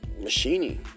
machining